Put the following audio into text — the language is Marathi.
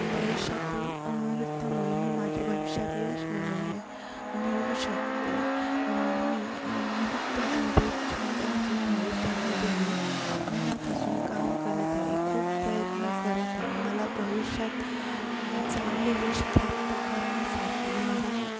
भविष्यातील नृत्यामुळे मी माझ्या भविष्यात यश मिळवले मिळवू शकते मी नृत्य हा माझा एक छंद असल्यामुळे त्यामध्ये मी मनापासून काम करत आहे खूप प्रयत्न करत आहे मला भविष्यात चांगले यश प्राप्त करण्यासाठी मला